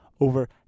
over